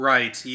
Right